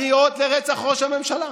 לקריאות לרצח ראש הממשלה?